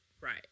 right